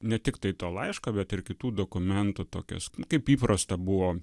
ne tiktai to laiško bet ir kitų dokumentų tokios kaip įprasta buvo